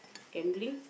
gambling